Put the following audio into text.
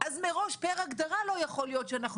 אז מראש פר הגדרה לא יכול להיות שאנחנו